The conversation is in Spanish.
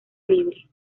libre